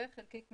וחלקיק מגנטי,